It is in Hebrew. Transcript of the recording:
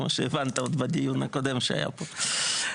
כמו שהבנת עוד בדיון הקודם שהיה פה.